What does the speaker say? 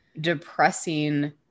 depressing